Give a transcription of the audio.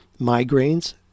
migraines